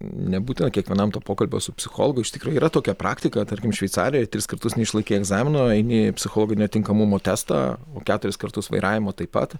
nebūtina kiekvienam to pokalbio su psichologu iš tikrųjų yra tokia praktika tarkim šveicarijoj tris kartus neišlaikei egzamino eini psichologinio tinkamumo testą o keturis kartus vairavimo taip pat